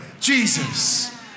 Jesus